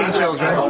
children